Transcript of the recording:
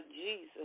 Jesus